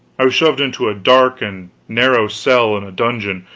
i was shoved into a dark and narrow cell in a dungeon,